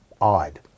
odd